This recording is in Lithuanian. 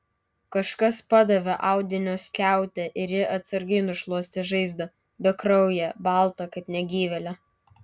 kažkas padavė audinio skiautę ir ji atsargiai nušluostė žaizdą bekrauję baltą kaip negyvėlio